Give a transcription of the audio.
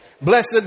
Blessed